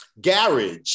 garage